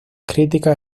críticas